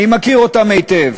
אני מכיר אותם היטב,